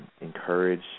encourage